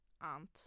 aunt